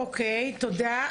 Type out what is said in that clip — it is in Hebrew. תודה.